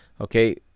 Okay